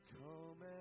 come